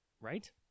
right